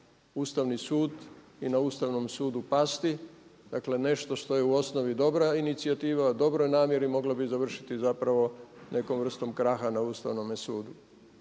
ustavni sud i na Ustavnom sudu pasti. Dakle nešto što je u osnovi dobra inicijativa, u dobroj namjeri moga bi završiti zapravo nekom vrstom kraha na Ustavnome sudu.